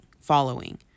following